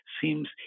seems